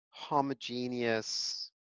homogeneous